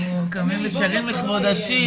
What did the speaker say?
לקחת אומנות ואתה לטפל כל סוגי האומנויות,